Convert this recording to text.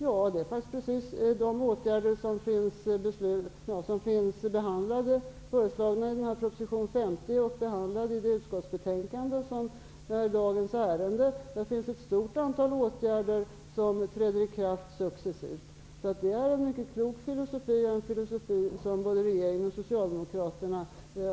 Ja, det är faktiskt precis sådana åtgärder som föreslås i proposition 50 och som behandlas i det utskottsbetänkande som rör dagens ärende. Det gäller ett stort antal åtgärder med ikraftträdande successivt. Det här är en mycket klok filosofi - en filosofi som både regeringen och Socialdemokraterna i hög